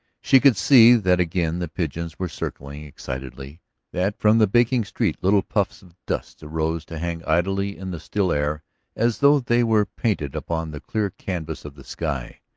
she could see that again the pigeons were circling excitedly that from the baking street little puffs of dust arose to hang idly in the still air as though they were painted upon the clear canvas of the sky.